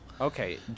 Okay